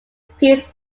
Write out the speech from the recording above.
peace